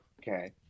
okay